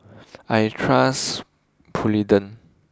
I trust Polident